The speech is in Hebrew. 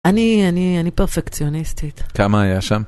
אני, אני, אני פרפקציוניסטית. כמה היה שם?